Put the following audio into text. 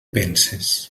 penses